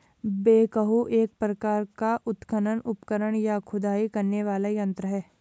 backhoe एक प्रकार का उत्खनन उपकरण, या खुदाई करने वाला यंत्र है